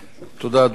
תודה, אדוני השר.